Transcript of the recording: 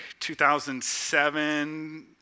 2007